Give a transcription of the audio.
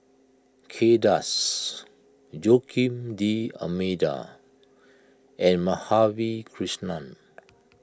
Kay Das Joaquim D'Almeida and Madhavi Krishnan